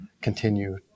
continue